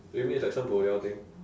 maybe it's like some bo liao thing